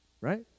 right